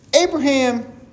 Abraham